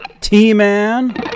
T-Man